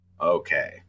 Okay